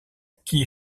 qui